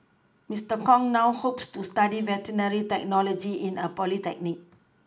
Mister Kong now hopes to study veterinary technology in a polytechnic